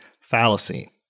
fallacy